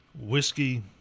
whiskey